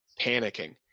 panicking